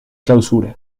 clausura